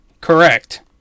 Correct